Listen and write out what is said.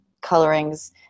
colorings